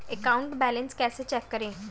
Account balance कैसे check करें?